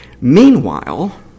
Meanwhile